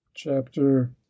Chapter